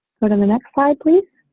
but on the next slide please.